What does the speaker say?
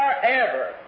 forever